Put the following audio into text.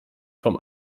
vom